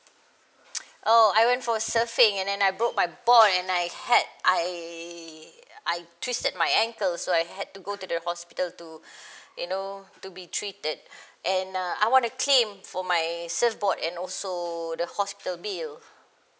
oh I went for surfing and then I broke my board and I had I I twisted my ankle so I had to go to the hospital to you know to be treated and uh I wanna claim for my surfboard and also the hospital bill